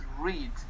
read